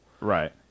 Right